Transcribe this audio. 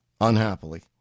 unhappily